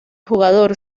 jugador